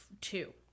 two